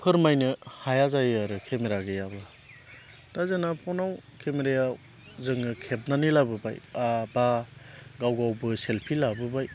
फोरमायनो हाया जायो आरो केमेरा गैयाब्ला दा जोंना फनाव केमेरायाव जोङो खेबनानै लाबोबाय एबा गाव गावबो सेलफि लाबोबाय